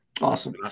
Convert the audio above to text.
Awesome